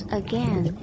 again